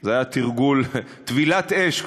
זו הייתה טבילת אש,